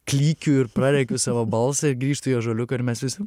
klykiu ir prarekiu savo balsą grįžtu į ąžuoliuką ir mes vis